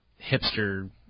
hipster